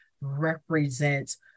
represents